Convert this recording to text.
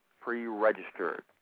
pre-registered